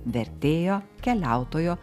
vertėjo keliautojo